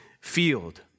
field